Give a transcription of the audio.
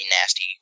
nasty